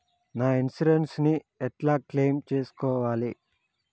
నా ఇన్సూరెన్స్ ని ఎట్ల క్లెయిమ్ చేస్కోవాలి?